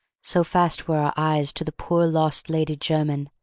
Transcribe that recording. so fast were our eyes to the poor lost lady jermyn.